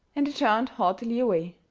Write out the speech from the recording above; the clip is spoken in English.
and he turned haughtily away.